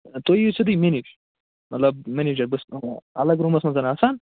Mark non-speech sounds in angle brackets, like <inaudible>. تُہۍ یِیِو سیوٚدُے مےٚ نِش مطلب منیجر <unintelligible> الگ روٗمس منٛز آسان